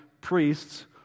priests